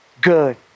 good